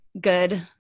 good